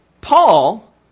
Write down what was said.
Paul